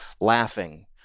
laughing—